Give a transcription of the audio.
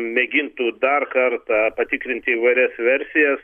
mėgintų dar kartą patikrinti įvairias versijas